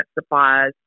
supplies